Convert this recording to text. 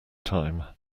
time